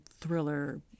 thriller